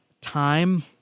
time